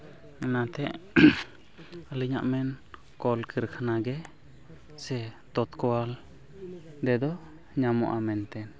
ᱚᱱᱟᱛᱮ ᱟᱹᱞᱤᱧᱟᱜ ᱢᱮᱱ ᱠᱚᱞ ᱠᱟᱨᱠᱷᱟᱱᱟ ᱜᱮ ᱥᱮ ᱛᱚᱞᱠᱟᱞ ᱨᱮᱫᱚ ᱧᱟᱢᱚᱜᱼᱟ ᱢᱮᱱᱛᱮ